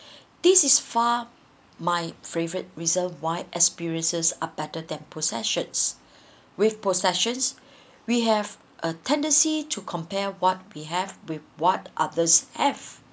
this is far my favorite reserve wide experiences are better than possessions with possessions we have a tendency to compare what we have with what others have